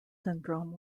syndrome